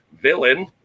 villain